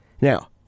Now